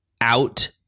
out